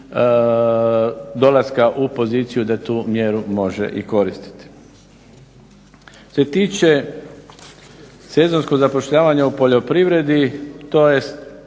dolaska u poziciju da tu mjeru može i koristiti. Što se tiče sezonskog zapošljavanja u poljoprivredi to je